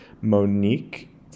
Monique